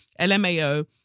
LMAO